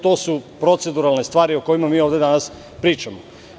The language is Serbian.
To su proceduralne stvari o kojima mi danas pričamo.